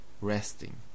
resting